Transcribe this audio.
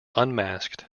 unmasked